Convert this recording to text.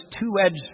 two-edged